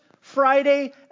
Friday